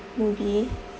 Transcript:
movie